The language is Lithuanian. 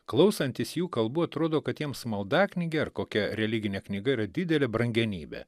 klausantis jų kalbų atrodo kad jiems maldaknygė ar kokia religinė knyga yra didelė brangenybė